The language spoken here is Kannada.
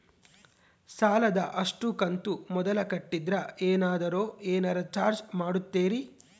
ಸಾಲದ ಅಷ್ಟು ಕಂತು ಮೊದಲ ಕಟ್ಟಿದ್ರ ಏನಾದರೂ ಏನರ ಚಾರ್ಜ್ ಮಾಡುತ್ತೇರಿ?